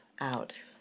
out